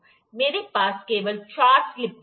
मेरे पास केवल चार स्लिप गेज हैं